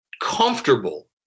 comfortable